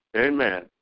amen